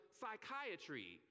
psychiatry